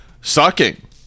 sucking